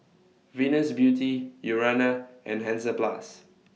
Venus Beauty Urana and Hansaplast